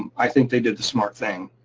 um i think they did the smart thing.